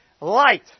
light